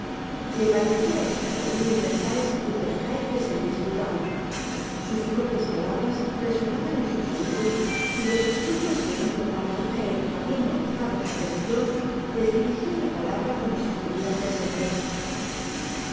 le parecia estar aun entre sikes y crackit que se le disputaban sus propias palabras resonaban en sus oidos y los esfuerzos que hizo para no caer habiendo aguzado su atencion les dirijia la palabra como si estuvieran presentes en